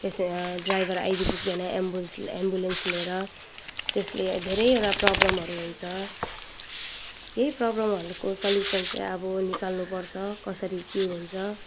पेसे ड्राइभर आइपुग्दैन एम्बन्स एम्बुलेन्स लिएर त्यसले धेरैवटा प्रब्लमहरू हुन्छ यही प्रब्लमहरूको सल्युसन चाहिँ अब निकाल्नु पर्छ कसरी के हुन्छ